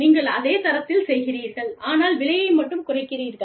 நீங்கள் அதே தரத்தில் செய்கிறீர்கள் ஆனால் விலையை மட்டும் குறைக்கிறீர்கள்